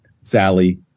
Sally